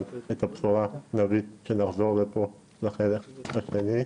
אבל את הבשורה נביא כשנחזור לפה מהחדר השני.